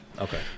Okay